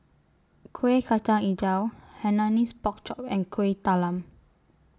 Kueh Kacang Hijau Hainanese Pork Chop and Kuih Talam